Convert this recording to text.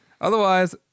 Otherwise